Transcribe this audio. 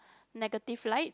negative light